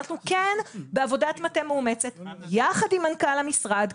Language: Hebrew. אבל אנחנו כן בעבודת מטה מאומצת יחד עם מנכ"ל המשרד,